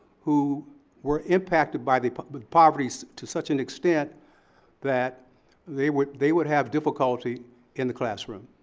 who were impacted by the but but poverty so to such an extent that they would they would have difficulty in the classroom,